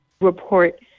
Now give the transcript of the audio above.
report